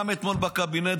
גם אתמול בקבינט,